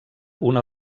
una